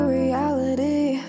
reality